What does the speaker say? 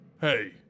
Hey